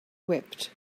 wept